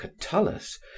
Catullus